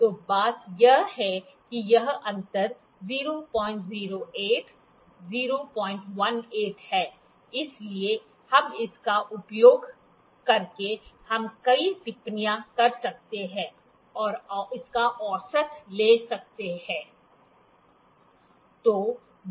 तो बात यह है कि यह अंतर 008 018 है इसलिए हम इसका उपयोग करके हम कई टिप्पणियां कर सकते हैं और औसत ले सकते हैं